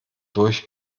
durch